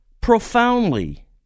profoundly